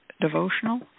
devotional